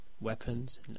weapons